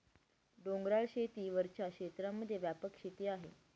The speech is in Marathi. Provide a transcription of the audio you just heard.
डोंगराळ शेती वरच्या क्षेत्रांमध्ये व्यापक शेती आहे